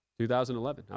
2011